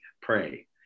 pray